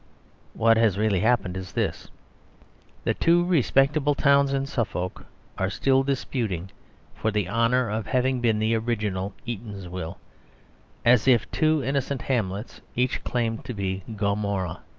what has really happened is this that two respectable towns in suffolk are still disputing for the honour of having been the original eatanswill as if two innocent hamlets each claimed to be gomorrah.